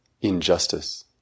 injustice